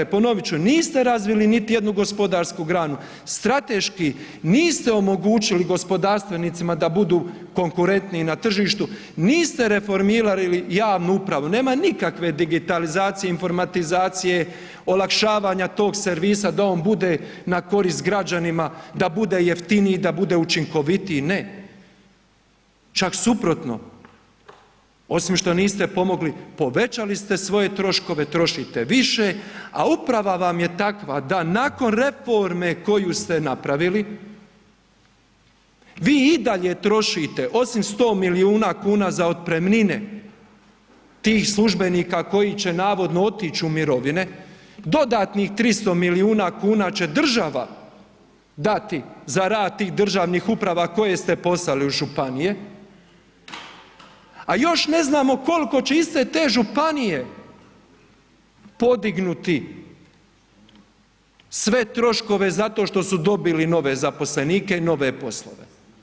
Ponovit ću niste razvili niti jednu gospodarsku granu, strateški niste omogućili gospodarstvenicima da budu konkurentniji na tržištu, niste reformirali javnu upravu, nema nikakve digitalizacije, informatizacije, olakšavanja tog servisa da on bude na korist građanima, da bude jeftiniji, da bude učinkovitiji, ne, čak suprotno osim što niste pomogli povećali ste svoje troškove, trošite više, a uprava vam je takva da nakon reforme koju st napravili vi i dalje trošite osim 100 miliona kuna za otpremnine tih službenika koji će navodno otići u mirovine dodatnih 300 miliona kuna će država dati za rad tih državnih uprava koje ste poslali u županije, a još ne znamo koliko će iste te županije podignuti sve troškove zato što su dobili nove zaposlenike i nove poslove.